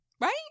right